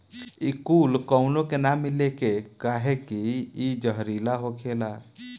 इ कूल काउनो के ना मिले कहे की इ जहरीला होखेला